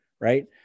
right